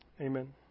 Amen